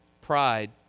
Pride